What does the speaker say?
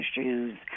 issues